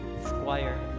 Squire